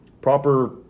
proper